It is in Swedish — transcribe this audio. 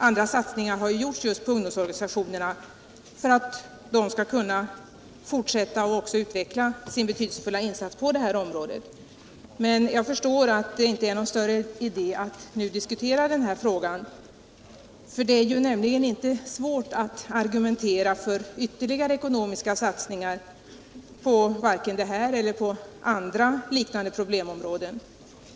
Andra satsningar har ju gjorts just på ungdomsorganisationerna för att de skall kunna fortsätta att utveckla sin betydelsefulla insats på det här området. Jag förstår att det nu inte är någon större idé att diskutera denna fråga. Det är nämligen inte svårt att argumentera för ytterligare ekonomiska satsningar vare sig på detta eller andra liknande problemområden.